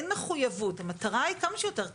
אין מחויבות, המטרה היא כמה שיותר קצר.